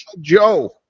Joe